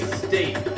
state